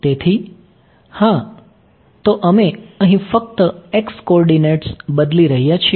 તેથી હા તેથી અમે અહીં ફક્ત x કોર્ડિનેટ્સ બદલી રહ્યા છીએ